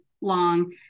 long